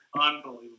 Unbelievable